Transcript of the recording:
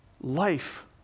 life